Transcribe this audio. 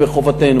מחובתנו,